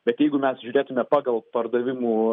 bet jeigu mes žiūrėtume pagal pardavimų